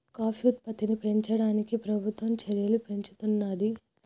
coffee ఉత్పత్తుల్ని పెంచడానికి ప్రభుత్వం చెర్యలు పెంచుతానంది